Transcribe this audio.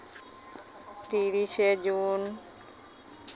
ᱛᱤᱨᱤᱥᱮ ᱡᱩᱱ